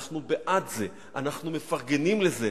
אנחנו בעד זה, אנחנו מפרגנים לזה.